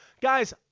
guys